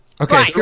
Okay